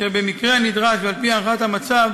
אשר במקרה הצורך ועל-פי הערכת המצב